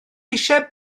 eisiau